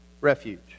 refuge